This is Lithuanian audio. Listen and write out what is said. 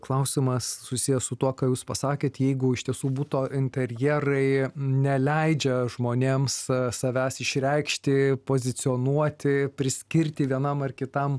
klausimas susijęs su tuo ką jūs pasakėt jeigu iš tiesų buto interjerai neleidžia žmonėms savęs išreikšti pozicionuoti priskirti vienam ar kitam